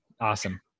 Awesome